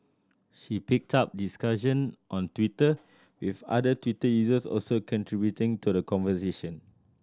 she picked up discussion on Twitter with other Twitter users also contributing to the conversation